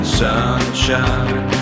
sunshine